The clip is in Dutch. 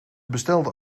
bestelden